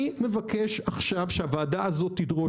אני מבקש עכשיו שהוועדה הזאת תדרוש,